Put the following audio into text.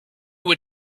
were